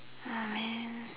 oh man